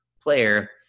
player